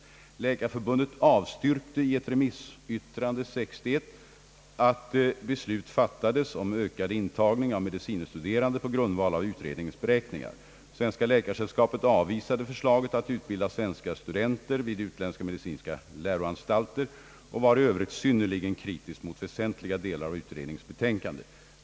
Läkarförbundet avstyrkte i sitt remissyttrande år 1961 att ett beslut skulle fattas om ökad intagning av medicine studerande på grundval av utredningens beräkningar. Svenska läkarsällskapet avvisade förslaget att utbilda svenska studenter vid utländska medicinska läroanstalter och var i övrigt synnerligen kritiskt mot väsentliga delar av utredningens betänkande.